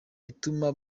ituma